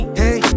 hey